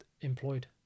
employed